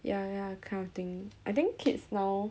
ya ya kind of thing I think kids now